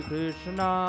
Krishna